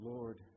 Lord